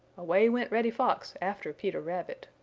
away went reddy fox after peter rabbit.